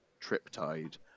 Triptide